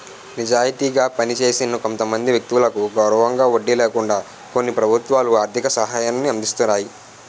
నిజాయితీగా పనిచేసిన కొంతమంది వ్యక్తులకు గౌరవంగా వడ్డీ లేకుండా కొన్ని ప్రభుత్వాలు ఆర్థిక సహాయాన్ని అందిస్తాయి